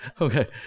Okay